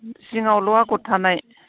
जिङावल' आगर थानाय